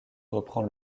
reprend